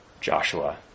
Joshua